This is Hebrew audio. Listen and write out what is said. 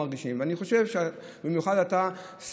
שלא יחשבו שאנחנו לא מרגישים, במיוחד אתה,